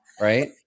Right